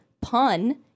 pun